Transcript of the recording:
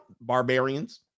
barbarians